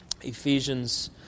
Ephesians